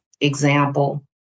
example